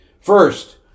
First